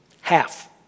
Half